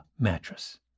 mattress